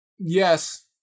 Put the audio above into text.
Yes